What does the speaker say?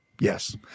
Yes